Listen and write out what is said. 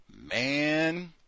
Man